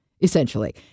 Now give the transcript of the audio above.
essentially